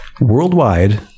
worldwide